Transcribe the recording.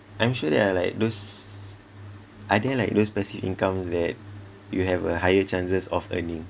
I'm sure there are like those are there like those passive incomes that you have a higher chances of earning